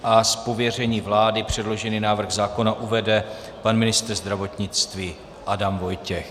Z pověření vlády předložený návrh zákona uvede pan ministr zdravotnictví Adam Vojtěch.